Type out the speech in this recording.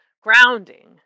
grounding